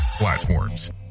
platforms